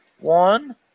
one